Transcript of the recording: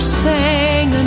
sang